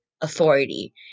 authority